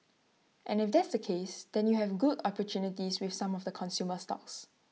and if that's the case then you have good opportunities with some of the consumer stocks